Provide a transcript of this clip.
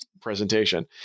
presentation